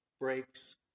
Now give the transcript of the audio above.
breaks